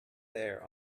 there